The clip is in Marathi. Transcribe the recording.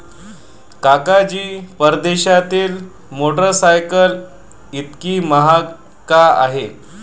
काका जी, परदेशातील मोटरसायकल इतकी महाग का आहे?